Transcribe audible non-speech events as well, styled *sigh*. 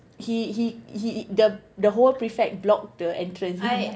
he he he the the whole prefect blocked the entrance *laughs*